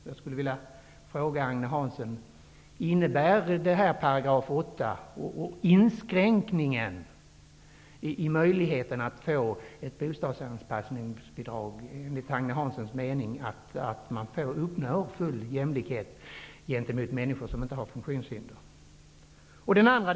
Hanssons mening den inskränkning som görs genom § 8 i handikappades möjligheter att få ett bostadsanpassningsbidrag att man uppnår full jämlikhet med människor som inte har funktionshinder?